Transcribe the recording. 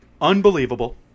Unbelievable